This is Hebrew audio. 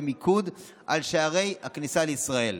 במיקוד על שערי הכניסה לישראל.